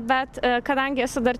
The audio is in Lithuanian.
bet kadangi esu dar